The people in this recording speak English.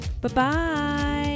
Bye-bye